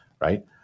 right